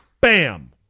bam